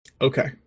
Okay